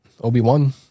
Obi-Wan